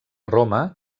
roma